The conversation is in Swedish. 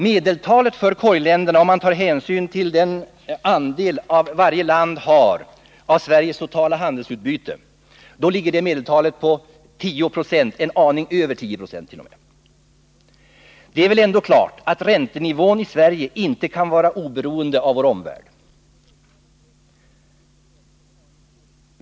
Medeltalet för ”korg”-länderna, med hänsyn tagen till den andel varje land har av Sveriges totala handelsutbyte, ligger på 10 96 — eller t.o.m. en aning över 10 96. Det är väl ändå klart att räntenivån i Sverige inte kan vara oberoende av vår omvärld.